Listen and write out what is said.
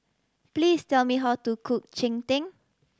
please tell me how to cook cheng tng